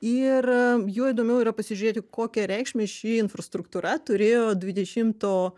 ir juo įdomiau yra pasižiūrėti kokią reikšmę ši infrastruktūra turėjo dvidešimto